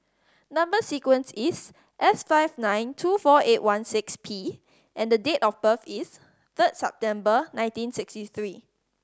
number sequence is S five nine two four eight one six P and date of birth is third September nineteen sixty three